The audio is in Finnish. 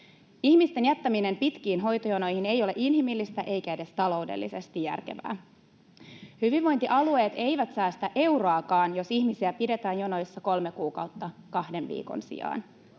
Ihmisten jättäminen pitkiin hoitojonoihin ei ole inhimillistä eikä edes taloudellisesti järkevää. Hyvinvointialueet eivät säästä euroakaan, jos ihmisiä pidetään jonoissa kolme kuukautta kahden viikon sijaan.